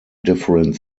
different